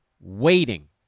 waiting